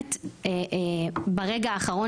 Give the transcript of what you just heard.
באמת ברגע האחרון,